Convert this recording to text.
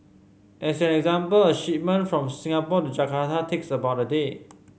as an example a shipment from Singapore to Jakarta takes about a day